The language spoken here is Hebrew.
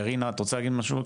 רינה את רוצה להגיד משהו?